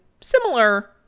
similar